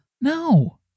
No